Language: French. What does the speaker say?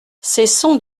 cessons